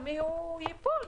על מי הוא ייפול.